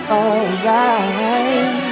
alright